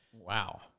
wow